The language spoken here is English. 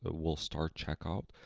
ah will start check out.